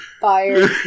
fire